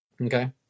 Okay